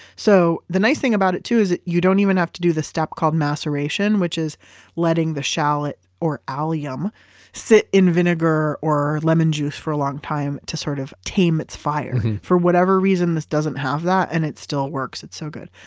so the nice thing about it too, is you don't even have to do the step called maceration, which is letting the shallot or allium sit in vinegar or lemon juice for a long time, to sort of tame its fire. for whatever reason, this doesn't have that, and it still works it's so good.